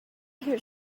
hear